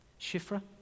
Shiphrah